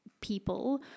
people